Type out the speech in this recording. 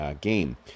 game